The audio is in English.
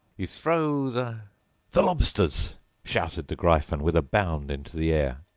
you throw the the lobsters shouted the gryphon, with a bound into the air.